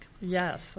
yes